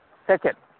ᱥᱮ ᱪᱮᱫ